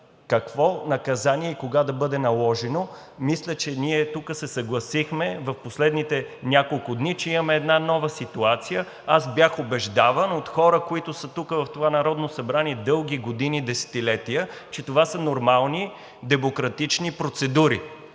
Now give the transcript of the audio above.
какво наказание и кога да бъде наложено. Мисля, че ние тук се съгласихме в последните няколко дни, че имаме една нова ситуация. Аз бях убеждаван от хора, които са тук в това Народно събрание дълги години, десетилетия, че това са нормални, демократични процедури.